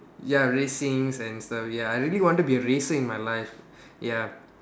ya racings and stuff ya I really wanted to be racing in my life ya